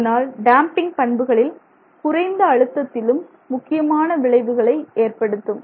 இதனால் டேம்பிங் பண்புகளில் குறைந்த அழுத்தத்திலும் முக்கியமான விளைவுகளை ஏற்படுத்தும்